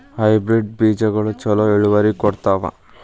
Hybrid ಬೇಜಗೊಳು ಛಲೋ ಇಳುವರಿ ಕೊಡ್ತಾವ?